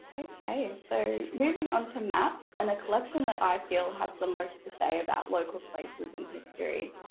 okay so moving on to maps and the collection that i feel has the most to say about local places and history.